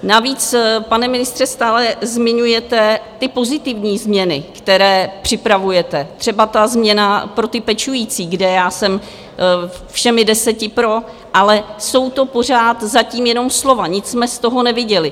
Navíc, pane ministře, stále zmiňujete ty pozitivní změny, které připravujete, třeba změna pro pečující, kde já jsem všemi deseti pro, ale jsou to pořád zatím jenom slova, nic jsme z toho neviděli.